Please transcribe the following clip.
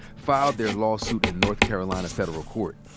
filed their lawsuit in north carolina federal court,